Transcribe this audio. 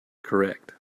correct